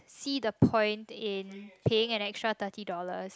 see the point in paying an extra thirty dollar